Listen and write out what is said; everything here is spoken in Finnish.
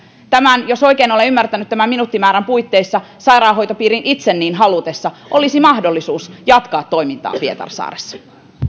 jos oikein olen ymmärtänyt tämän minuuttimäärän puitteissa sairaanhoitopiirin itse niin halutessa olisi mahdollisuus jatkaa toimintaa pietarsaaressa